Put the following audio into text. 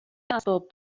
اسباب